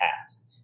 past